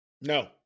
No